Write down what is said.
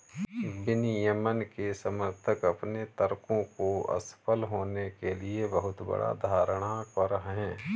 विनियमन के समर्थक अपने तर्कों को असफल होने के लिए बहुत बड़ा धारणा पर हैं